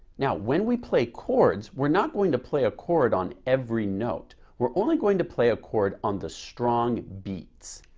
now when we play chords, we're not going to play a chord on every note. we're only going to play a chord on the strong beats.